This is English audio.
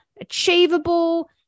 achievable